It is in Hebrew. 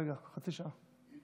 זה היה רגע, חצי שעה.